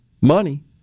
money